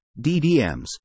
DDMs